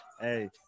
Hey